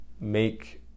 make